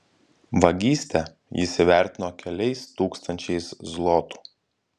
vagystę jis įvertino keliais tūkstančiais zlotų